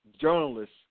journalists